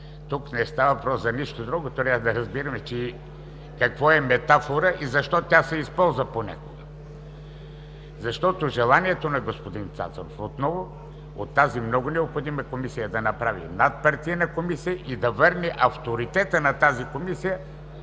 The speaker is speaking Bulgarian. не става въпрос за нищо друго – трябва да разбираме какво е метафора и защо тя се използва понякога. Желанието на господин Цацаров е да направи от тази много необходима комисия надпартийна комисия и да върне авторитета на тази комисия,